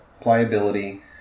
pliability